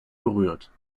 berührt